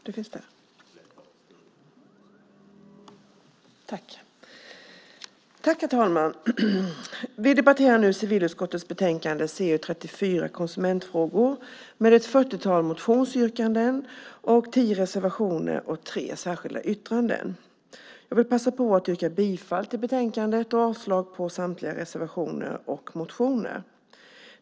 Herr talman! Vi debatterar civilutskottets betänkande CU34 Konsumentfrågor med ett fyrtiotal motionsyrkanden, tio reservationer och tre särskilda yttranden. Jag vill passa på att yrka bifall till utskottets förslag i betänkandet och avslag på samtliga reservationer och motioner.